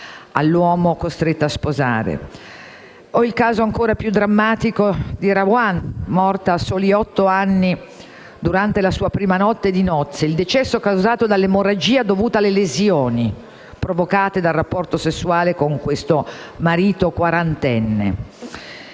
stata costretta a sposare; o al caso ancora più drammatico di Rawan, morta a soli otto anni durante la sua prima notte di nozze, il cui decesso è stato causato dall'emorragia dovuta alle lesioni provocate dal rapporto sessuale con il marito quarantenne.